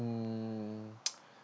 mm